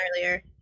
earlier